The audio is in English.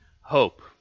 hope